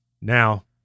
Now